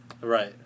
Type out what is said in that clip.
Right